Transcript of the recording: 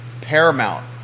paramount